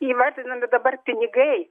įvardinami dabar pinigai